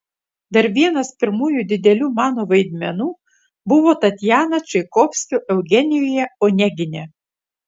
dar vienas pirmųjų didelių mano vaidmenų buvo tatjana čaikovskio eugenijuje onegine